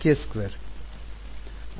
k2